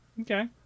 Okay